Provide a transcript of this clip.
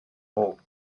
hope